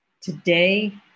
Today